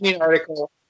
article